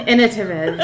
Innovative